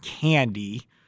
candy